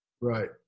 Right